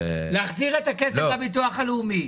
להחזיר את הכסף לביטוח הלאומי,